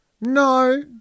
No